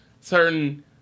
certain